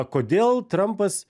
kodėl trampas